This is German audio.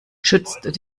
schützt